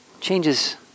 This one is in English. changes